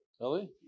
Ellie